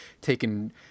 taken